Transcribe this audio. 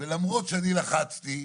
ולמרות שאני לחצתי,